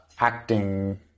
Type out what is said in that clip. acting